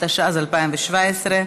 התשע"ז 2017,